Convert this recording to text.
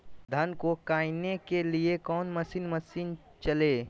धन को कायने के लिए कौन मसीन मशीन चले?